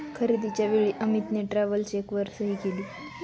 खरेदीच्या वेळी अमितने ट्रॅव्हलर चेकवर सही केली